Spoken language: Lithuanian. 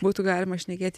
būtų galima šnekėti